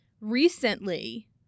recently